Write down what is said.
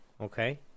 Okay